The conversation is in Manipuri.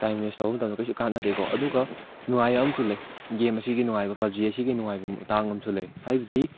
ꯇꯥꯏꯝ ꯋꯦꯁ ꯇꯧꯕ ꯃꯇꯝꯗ ꯀꯩꯁꯨ ꯀꯥꯟꯅꯗꯦꯀꯣ ꯑꯗꯨꯒ ꯅꯨꯡꯉꯥꯏꯕ ꯑꯃꯁꯨ ꯂꯩ ꯒꯦꯝ ꯑꯁꯤꯒꯤ ꯅꯨꯡꯉꯥꯏꯕ ꯄꯞꯖꯤ ꯑꯁꯤꯒꯤ ꯅꯨꯡꯉꯥꯏꯕ ꯃꯇꯥꯡ ꯑꯃꯁꯨ ꯂꯩ ꯍꯥꯏꯕꯗꯤ